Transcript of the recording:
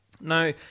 Now